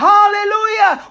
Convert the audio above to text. Hallelujah